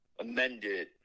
amended